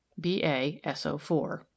BASO4